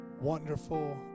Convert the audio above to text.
wonderful